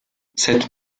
cette